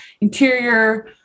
interior